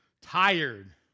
tired